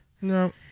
No